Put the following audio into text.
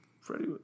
Freddie